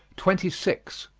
twenty six.